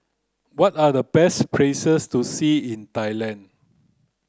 what are the best places to see in Thailand